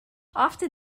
after